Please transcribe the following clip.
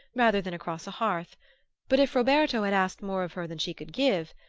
rather than across a hearth but if roberto had asked more of her than she could give,